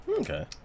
okay